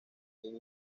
quien